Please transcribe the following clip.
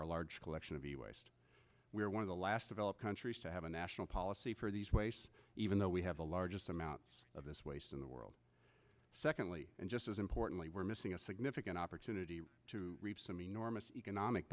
our large collection of the waste we are one of the last developed countries to have a national policy for these wastes even though we have the largest amounts of this waste in the world secondly and just as importantly we're missing a significant opportunity to reap some enormous economic